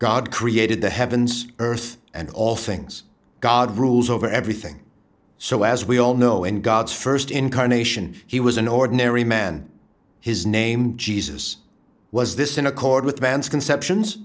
god created the heavens earth and all things god rules over everything so as we all know in god's st incarnation he was an ordinary man his name jesus was this in accord with man's conceptions